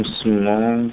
small